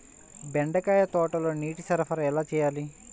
బెండకాయ తోటలో నీటి సరఫరా ఎలా చేయాలి?